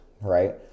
right